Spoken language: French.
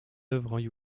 œuvres